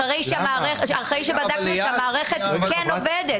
אחרי שבדקנו שהמערכת כן עובדת.